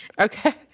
Okay